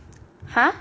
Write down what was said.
!huh!